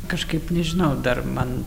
kažkaip nežinau dar man